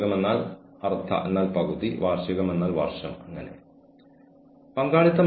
നിങ്ങൾക്ക് വിവിധ വകുപ്പുകളിൽ നിന്നുള്ള ആളുകളെ അഭിമുഖത്തിൽ ഇരുത്താം